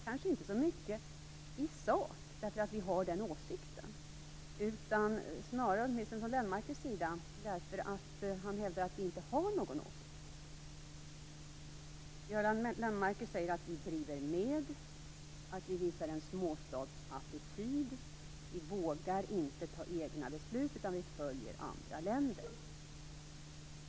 Kanske inte så mycket i sak, därför att vi har den åsikt som vi har, utan snarare - åtminstone från Lennmarkers sida - därför att man hävdar att vi inte har någon åsikt. Göran Lennmarker säger att vi driver med, att vi visar en småstadsattityd och att vi inte vågar fatta egna beslut utan följer andra länder.